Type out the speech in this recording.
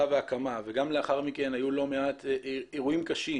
וההקמה וגם לאחר מכן היו לא מעט אירועים קשים